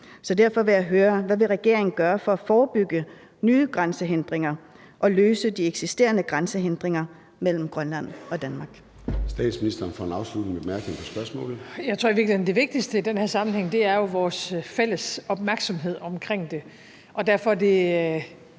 Så derfor vil jeg høre: Hvad vil regeringen gøre for at forebygge nye grænsehindringer og løse de eksisterende grænsehindringer mellem Grønland og Danmark?